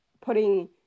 putting